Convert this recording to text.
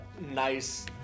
nice